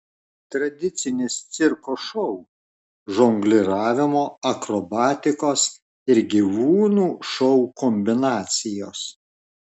tradicinis cirko šou žongliravimo akrobatikos ir gyvūnų šou kombinacijos